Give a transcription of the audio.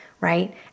right